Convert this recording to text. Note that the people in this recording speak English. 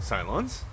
Cylons